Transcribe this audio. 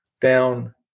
down